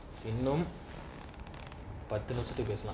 இன்னும் பத்து நிமிசத்துக்கு பேசலா:innum pathu nimisathuku pesalaa